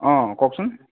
কওকচোন